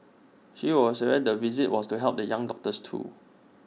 she was aware the visit was to help the young doctors too